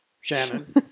Shannon